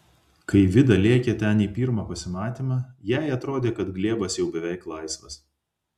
kai vida lėkė ten į pirmą pasimatymą jai atrodė kad glėbas jau beveik laisvas